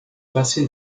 passé